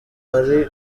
ari